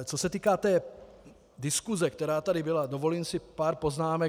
Co se týká diskuse, která tady byla, dovolím si pár poznámek.